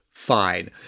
Fine